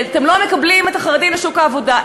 אתם לא מקבלים את החרדים לשוק העבודה?